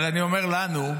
אבל אני אומר לנו,